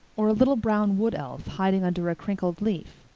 or a little brown wood-elf hiding under a crinkled leaf.